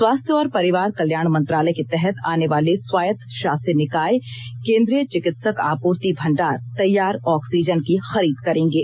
स्वास्थ्य और परिवार कल्याण मंत्रालय के तहत आने वाले स्वायत्त शासी निकाय केंद्रीय चिकित्सक आपूर्ति भंडार तैयार ऑक्सीजन की खरीद करेंगे